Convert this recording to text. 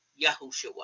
Yahushua